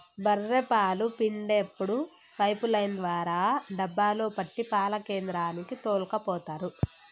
బఱ్ఱె పాలు పిండేప్పుడు పైపు లైన్ ద్వారా డబ్బాలో పట్టి పాల కేంద్రానికి తోల్కపోతరు